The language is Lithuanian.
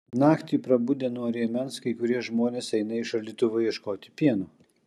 naktį prabudę nuo rėmens kai kurie žmonės eina į šaldytuvą ieškoti pieno